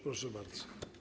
Proszę bardzo.